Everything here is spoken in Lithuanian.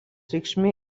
reikšmė